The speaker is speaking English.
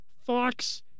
Fox